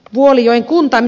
mitä ed